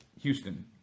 Houston